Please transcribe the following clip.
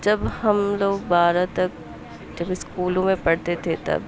جب ہم لوگ بارہ تک جب اسکولوں میں پڑھتے تھے تب